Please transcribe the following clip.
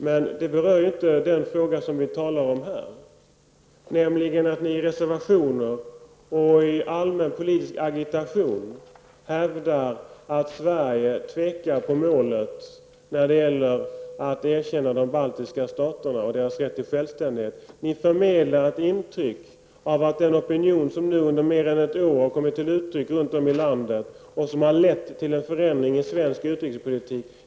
Men det berör inte den fråga som jag talar om här, nämligen att ni i reservationer och i allmän politisk agitation hävdar att Sverige tvekar på målet när det gäller att erkänna de baltiska staterna och deras rätt till självständighet. Ni förmedlar ett intryck av den opinion som nu under mer än ett år har kommit till uttryck runt om i landet och som har lett till en förändring i svensk utrikespolitik.